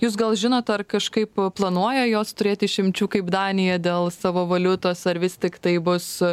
jūs gal žinot ar kažkaip planuoja jos turėti išimčių kaip danija dėl savo valiutos ar vis tiktai bus